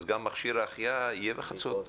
אז גם מכשיר ההחייאה יהיה בחצות.